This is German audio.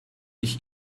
ich